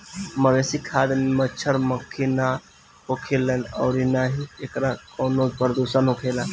मवेशी खाद में मच्छड़, मक्खी ना होखेलन अउरी ना ही एकरा में कवनो प्रदुषण होखेला